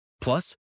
Plus